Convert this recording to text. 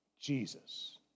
Jesus